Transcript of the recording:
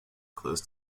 close